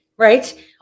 right